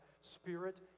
spirit